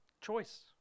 Choice